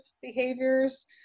behaviors